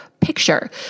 picture